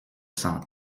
sans